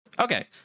Okay